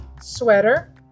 Sweater